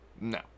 No